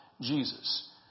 Jesus